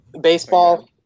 Baseball